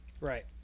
right